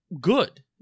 good